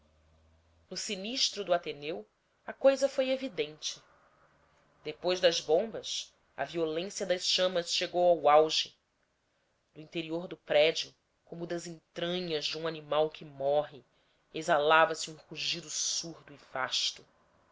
no sinistro do ateneu a coisa foi evidente depois das bombas a violência das chamas chegou ao auge do interior do prédio como das entranhas de um animal que morre exalava se um rugido surdo e vasto